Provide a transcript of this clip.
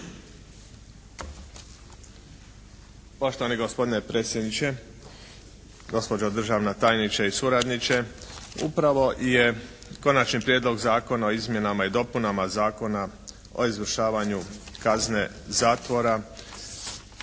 Poštovani gospodine predsjedniče, gospođo državna tajnice i suradniče! Upravo je Konačni prijedlog Zakona o izmjenama i dopunama Zakona o izvršavanju kazne zatvora